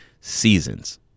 Seasons